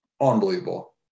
unbelievable